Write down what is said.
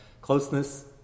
closeness